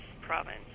province